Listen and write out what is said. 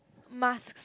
mask